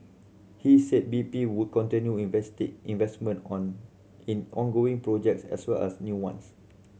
he said B P would continue invest investment on in ongoing projects as well as new ones